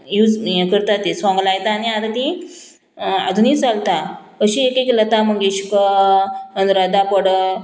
use हें करता ती सोंग लायता आनी आतां तीं आजुनूय चलता अशी एक एक लता मंगेशकर अनुरादा पौडवाल